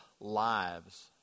lives